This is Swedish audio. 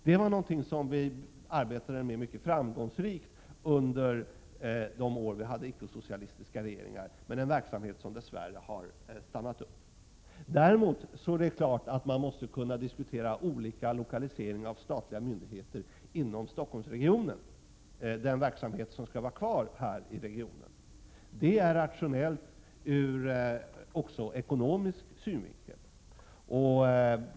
Det är någonting som vi arbetade med mycket framgångsrikt under de år då vi hade icke-socialistiska regeringar. Men det är en verksamhet som dess värre har stannat upp. Däremot är det klart att man måste kunna diskutera olika lokaliseringar av statliga myndigheter inom Stockholmsregionen — den verksamhet som skall vara kvar här i regionen. Det är rationellt också ur ekonomisk synvinkel.